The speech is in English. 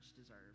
deserve